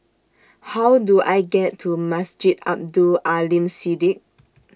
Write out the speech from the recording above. How Do I get to Masjid Abdul Aleem Siddique